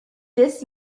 this